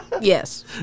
Yes